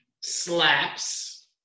slaps